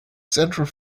central